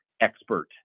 expert